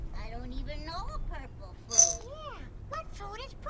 i don't even know a purple food. yeah, what food is purple?